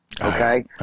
Okay